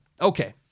Okay